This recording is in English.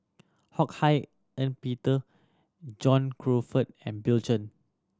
Ho Hak Ean Peter John Crawfurd and Bill Chen